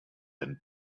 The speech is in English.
and